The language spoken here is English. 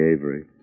Avery